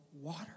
water